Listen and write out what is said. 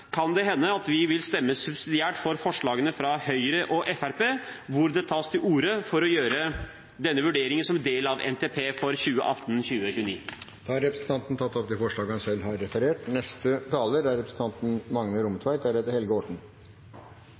kan det hende at vi subsidiært vil stemme for forslagene fra Høyre og Fremskrittspartiet, hvor det tas til orde for å gjøre denne vurderingen som en del av NTP for 2018–2029. Representanten Abid Q. Raja har tatt opp de forslagene han refererte til. For Arbeidarpartiet er